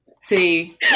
See